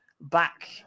back